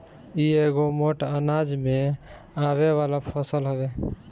इ एगो मोट अनाज में आवे वाला फसल हवे